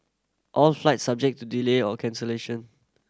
all flights subject to delay or cancellation